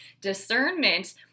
discernment